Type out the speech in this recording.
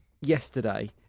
yesterday